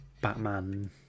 Batman